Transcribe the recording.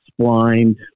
splined